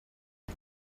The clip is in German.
die